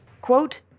Quote